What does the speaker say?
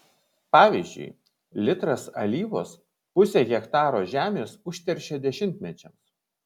pavyzdžiui litras alyvos pusę hektaro žemės užteršia dešimtmečiams